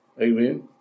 Amen